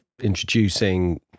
introducing